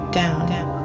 down